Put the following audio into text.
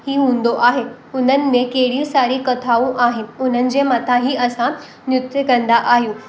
ई हुंदो आहे उन्हनि में कहिड़ियूं सारी कथाऊं आहिनि उन्हनि जे मथां ई असां नृत्य कंदा आहियूं